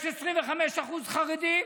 25% חרדיות